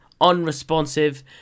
unresponsive